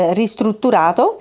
ristrutturato